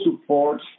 support